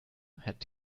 had